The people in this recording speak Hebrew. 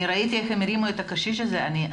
אני ראיתי איך הם הרימו את הקשיש הזה,